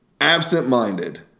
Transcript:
absent-minded